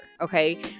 Okay